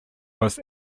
was